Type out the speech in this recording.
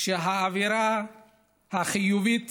שהאווירה החיובית